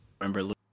Remember